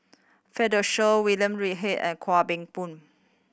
Fred De Souza William Read H and Kwa Soon Bee